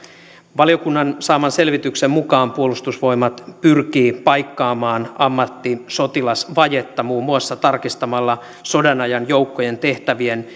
valiokunnan saaman selvityksen mukaan puolustusvoimat pyrkii paikkaamaan ammattisotilasvajetta muun muassa tarkistamalla sodanajan joukkojen tehtävien